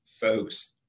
folks